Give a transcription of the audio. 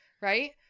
Right